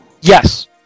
Yes